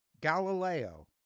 Galileo